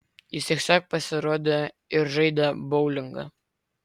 jis tiesiog pasirodė ir žaidė boulingą